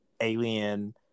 alien